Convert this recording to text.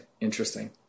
interesting